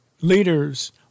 leaders